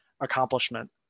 accomplishment